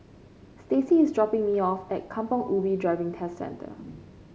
Staci is dropping me off at Kampong Ubi Driving Test Centre